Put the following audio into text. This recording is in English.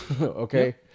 okay